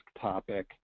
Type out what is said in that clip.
topic